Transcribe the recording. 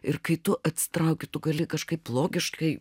ir kai tu atsitrauki tu gali kažkaip logiškai